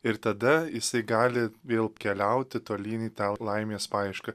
ir tada jisai gali vėl keliauti tolyn į tą laimės paiešką